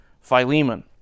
Philemon